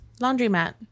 laundromat